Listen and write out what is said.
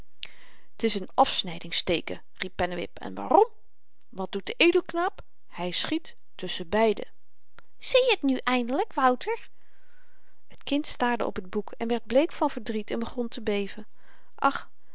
t is n afsnydingsteeken riep pennewip en waarom wat doet de edelknaap hy schiet tusschen beiden zie je t nu eindelyk wouter t kind staarde op het boek en werd bleek van verdriet en begon te beven och